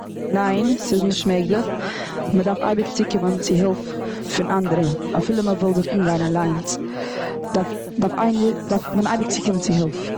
ניין, ס'איז נישט מעגליך מ'דארף אייביג צוקומען צו הילף פון אנדערע. אפילו מ'וויל זיך אומגיין אליינס, דארף דארף איינער, דארף מען אייביג צוקומען צו הילף.